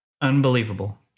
unbelievable